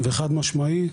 וחד משמעי.